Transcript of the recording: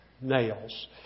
nails